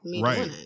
right